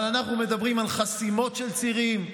אבל אנחנו מדברים על חסימות של צירים,